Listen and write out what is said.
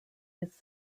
his